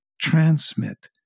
transmit